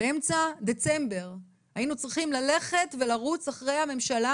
באמצע דצמבר היינו צריכים לרוץ אחרי הממשלה